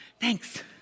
thanks